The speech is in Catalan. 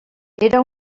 era